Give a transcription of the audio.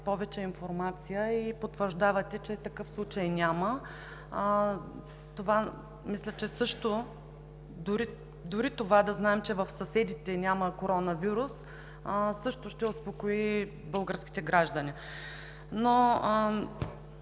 повече информация и потвърждавате, че такъв случай няма. Мисля, че дори това да знаем – че в съседите няма коронавирус, също ще успокои българските граждани. Моят